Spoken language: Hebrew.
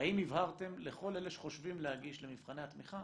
האם הבהרתם לכל אלה שחושבים להגיש למבחני התמיכה